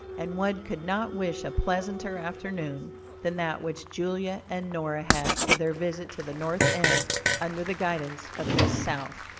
and one could not wish a pleasanter afternoon than that which julia and nora had for their visit to the north end under the guidance of miss south.